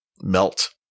melt